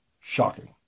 shocking